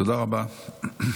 תודה רבה.